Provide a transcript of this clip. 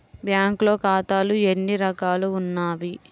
బ్యాంక్లో ఖాతాలు ఎన్ని రకాలు ఉన్నావి?